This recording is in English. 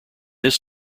this